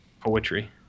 poetry